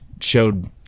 showed